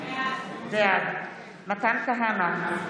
בעד מתן כהנא,